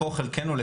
חלקנו,